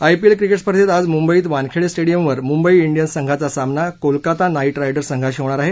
IPL cricket स्पर्धेत आज मुंबईत वानखेडे स्टेडियमवर मुंबई इंडियन्स संघाचा सामना कोलकाता नाईट रायडर्स संघाशी होणार आहे